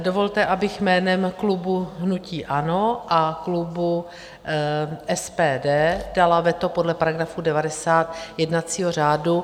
Dovolte, abych jménem klubu hnutí ANO a klubu SPD dala veto podle § 90 jednacího řádu.